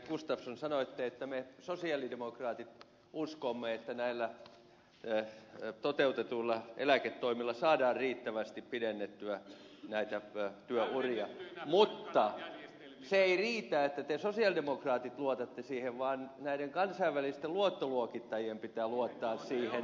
gustafsson sanoitte että me sosialidemokraatit uskomme että näillä toteutetuilla eläketoimilla saadaan riittävästi pidennettyä työuria mutta se ei riitä että te sosialidemokraatit luotatte siihen vaan näiden kansainvälisten luottoluokittajien pitää luottaa siihen